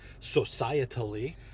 societally